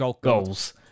Goals